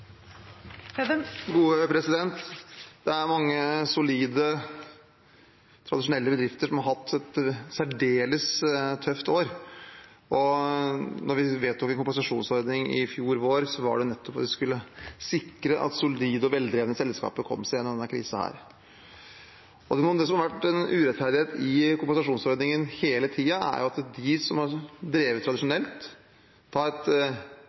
mange solide tradisjonelle bedrifter som har hatt et særdeles tøft år. Da vi vedtok en kompensasjonsordning i fjor vår, var det nettopp fordi vi skulle sikre at solide og veldrevne selskaper kom seg gjennom denne krisen. Det som har vært en urettferdighet i kompensasjonsordningen hele tiden, er at de som har drevet tradisjonelt, f.eks. et